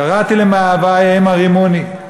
"קראתי למאהבַי המה רִמוני".